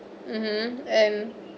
mmhmm and